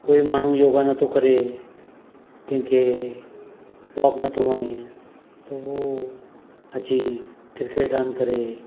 कोई माण्हू योगा नथो करे कंहिंखे वॉक नथो वणे त उहो अची क्रिकेट रांधि करे